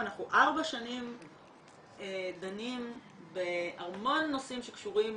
ואנחנו דנים ארבע שנים בהמון נושאים שקשורים